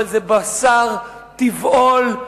אבל זה בשר טבעול,